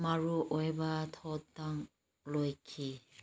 ꯃꯔꯨꯑꯣꯏꯕ ꯊꯧꯗꯥꯡ ꯂꯧꯈꯤ